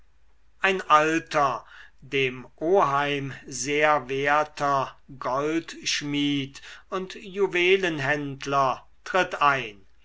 ein alter dem oheim sehr werter goldschmied und juwelenhändler trifft ein